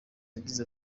yagize